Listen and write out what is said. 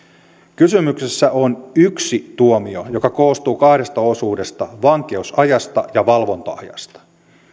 kysymyksessä on yksi tuomio joka koostuu kahdesta osuudesta vankeusajasta ja valvonta ajasta